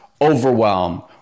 overwhelm